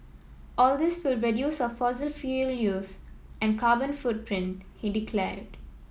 all this will reduce our fossil fuel use and carbon footprint he declared